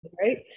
right